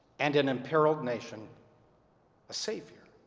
and an imperiled nation a savior.